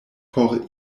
por